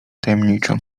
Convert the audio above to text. tajemniczo